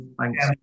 Thanks